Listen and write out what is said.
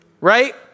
right